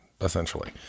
essentially